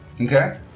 Okay